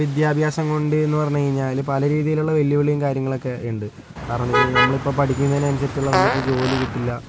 വിദ്യാഭ്യാസം കൊണ്ട് എന്ന് പറഞ്ഞു കഴിഞ്ഞാൽ പല രീതിയിലുള്ള വെല്ലുവിളിയും കാര്യങ്ങളൊക്കെ ഉണ്ട് കാരണം എന്നു വച്ചു കഴിഞ്ഞാൽ നമ്മളിപ്പോൾ പഠിക്കുന്നതിന് അനുസരിച്ചുള്ള നമുക്ക് ജോലി കിട്ടില്ല